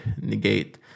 negate